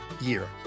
year